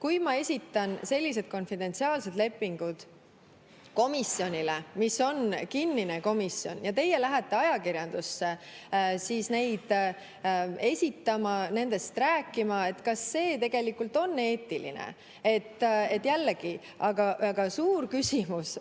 Kui ma esitan sellised konfidentsiaalsed lepingud komisjonile, mis on kinnine komisjon, ja teie lähete ajakirjandusse neid esitama, nendest rääkima, kas see tegelikult on eetiline? Suur küsimus